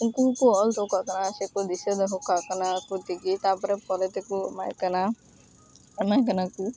ᱩᱱᱠᱩ ᱦᱚᱸ ᱠᱚ ᱚᱞ ᱫᱚᱦᱚ ᱠᱟᱜ ᱠᱟᱱᱟ ᱥᱮᱠᱚ ᱫᱤᱥᱟᱹ ᱫᱚᱦᱚ ᱠᱟᱜ ᱠᱟᱱᱟ ᱟᱠᱚ ᱛᱮᱜᱮ ᱛᱟᱯᱚᱨᱮ ᱯᱚᱨᱮ ᱛᱮᱠᱚ ᱮᱢᱟᱭ ᱠᱟᱱᱟ ᱮᱢᱟᱭ ᱠᱟᱱᱟ ᱠᱚ